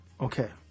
Okay